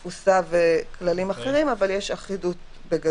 אבל החידוש המרכזי הוא הבדיקות המהירות,